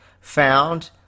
found